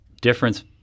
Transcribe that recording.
difference